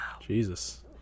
Jesus